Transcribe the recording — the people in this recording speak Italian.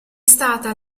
stata